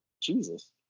Jesus